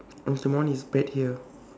my one is bet here